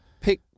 Pick